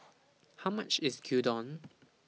How much IS Gyudon